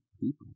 people